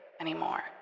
anymore